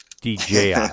DJI